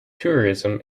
tourism